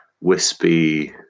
wispy